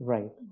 Right